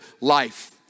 life